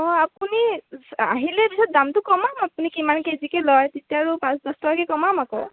অঁ আপুনি আহিলে পিছত দামটো কমাম আপুনি কিমান কেজিকৈ লয় তেতিয়া আৰু পাঁচ দশ টকাকৈ কমাম আকৌ